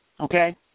okay